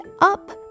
up